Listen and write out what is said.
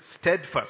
steadfast